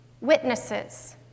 witnesses